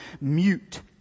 mute